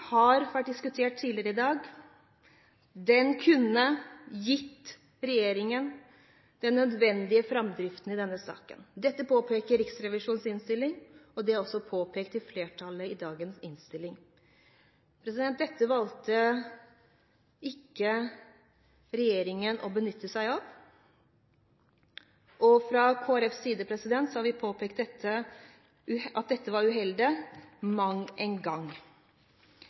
har vært diskutert tidligere i dag. De kunne gitt regjeringen den nødvendige framdriften i denne saken. Dette påpeker Riksrevisjonens innstilling, og det er også påpekt av flertallet i dagens innstilling. Dette valgte regjeringen ikke å benytte seg av. Fra Kristelig Folkepartis side har vi påpekt at dette var uheldig mang en gang, fordi dette var